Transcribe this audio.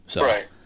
Right